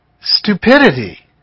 stupidity